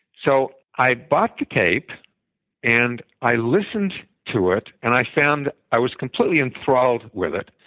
so i bought the tape and i listened to it, and i found i was completely enthralled with it.